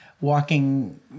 Walking